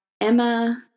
Emma